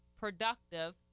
productive